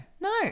No